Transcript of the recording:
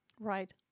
Right